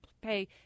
pay